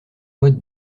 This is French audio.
mode